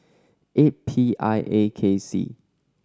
eight P I A K C